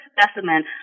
specimen